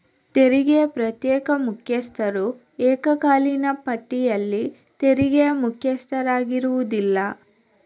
ತೆರಿಗೆಯ ಪ್ರತ್ಯೇಕ ಮುಖ್ಯಸ್ಥರು ಏಕಕಾಲೀನ ಪಟ್ಟಿಯಲ್ಲಿ ತೆರಿಗೆಯ ಮುಖ್ಯಸ್ಥರಾಗಿರುವುದಿಲ್ಲ